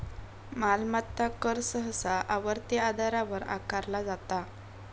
मालमत्ता कर सहसा आवर्ती आधारावर आकारला जाता